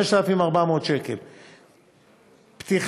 5,400 שקל פתיחה.